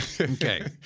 Okay